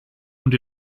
und